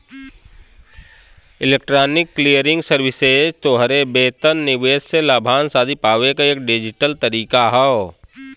electronic clearing services तोहरे वेतन, निवेश से लाभांश आदि पावे क डिजिटल तरीका हौ